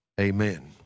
Amen